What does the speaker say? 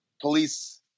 police